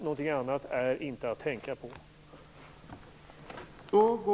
Något annat är inte att tänka på.